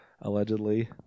allegedly